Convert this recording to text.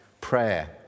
prayer